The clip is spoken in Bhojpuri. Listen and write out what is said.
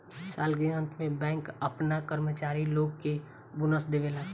साल के अंत में बैंक आपना कर्मचारी लोग के बोनस देवेला